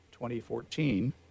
2014